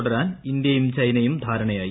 തൂടരാൻ ഇന്തൃയും ചൈനയും ധാരണയായി